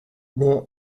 there